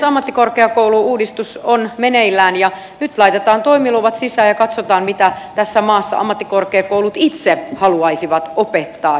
ammattikorkeakoulu uudistus on meneillään ja nyt laitetaan toimiluvat sisään ja katsotaan mitä tässä maassa ammattikorkeakoulut itse haluaisivat opettaa